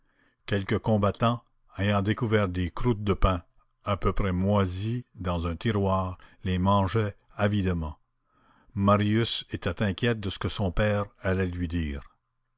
quelques combattants ayant découvert des croûtes de pain à peu près moisies dans un tiroir les mangeaient avidement marius était inquiet de ce que son père allait lui dire